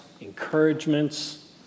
encouragements